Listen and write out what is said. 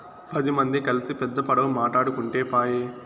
పది మంది కల్సి పెద్ద పడవ మాటాడుకుంటే పాయె